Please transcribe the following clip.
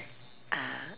ah